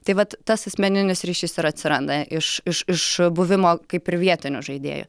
tai vat tas asmeninis ryšys ir atsiranda iš iš iš buvimo kaip ir vietiniu žaidėju